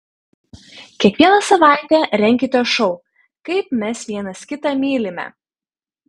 kiekvieną savaitę renkite šou kaip mes vienas kitą mylime